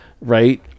right